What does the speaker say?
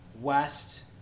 west